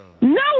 No